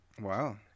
Wow